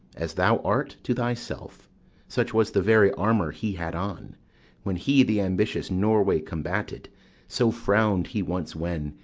as thou art to thyself such was the very armour he had on when he the ambitious norway combated so frown'd he once when,